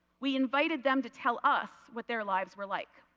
we invited them to tell us what their lives were like.